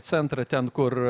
centrą ten kur